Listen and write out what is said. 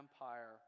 Empire